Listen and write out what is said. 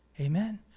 Amen